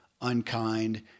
unkind